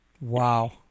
Wow